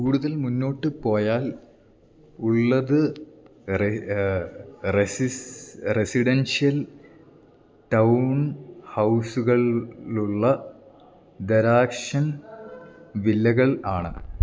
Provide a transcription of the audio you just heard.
കൂടുതൽ മുന്നോട്ട് പോയാൽ ഉള്ളത് റെസിസ് റെസിഡൻഷ്യൽ ടൗൺ ഹൗസുകളുള്ള ദരാഷൻ വില്ലകൾ ആണ്